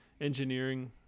engineering